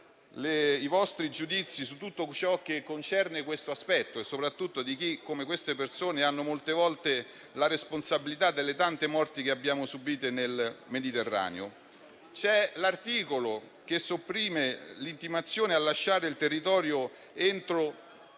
i vostri giudizi su tutto ciò che concerne questo aspetto e soprattutto su chi, come queste persone, molte volte ha la responsabilità delle tante morti che abbiamo subito nel Mediterraneo? C'è l'articolo che sopprime l'intimazione a lasciare il territorio entro